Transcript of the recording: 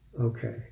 Okay